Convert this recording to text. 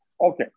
Okay